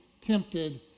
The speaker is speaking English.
tempted